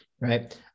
right